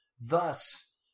Thus